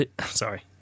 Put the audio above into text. Sorry